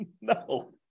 No